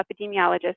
Epidemiologist